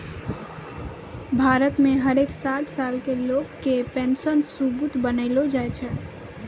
भारत मे हर एक साठ साल के लोग के पेन्शन सबूत बनैलो जाय छै